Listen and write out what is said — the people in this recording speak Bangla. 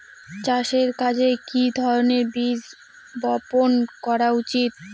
চাষের কাজে কি ধরনের বীজ বপন করা উচিৎ?